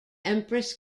empress